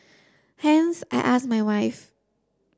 hence I asked my wife